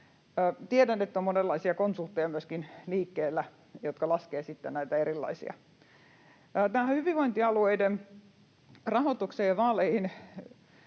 Tiedän, että monenlaisia konsultteja on myöskin liikkeellä, jotka laskevat sitten näitä erilaisia. Tähän hyvinvointialueiden rahoitukseen ja vaaleihin: